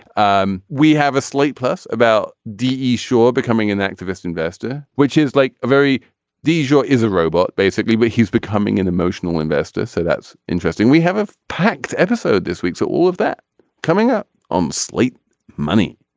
um we have a slate plus about d sure becoming an activist investor which is like a very d your is a robot basically but he's becoming an emotional investor. so that's interesting we have a packed episode this week so all of that coming up on slate money.